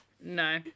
No